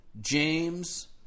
James